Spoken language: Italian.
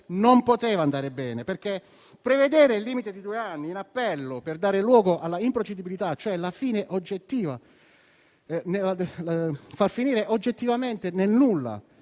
non poteva andare bene, perché prevedere il limite di due anni in appello per dare luogo all'improcedibilità, facendo finire oggettivamente nel nulla